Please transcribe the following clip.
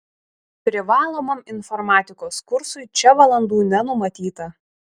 privalomam informatikos kursui čia valandų nenumatyta